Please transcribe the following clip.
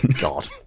God